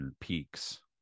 peaks